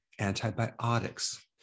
antibiotics